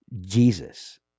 Jesus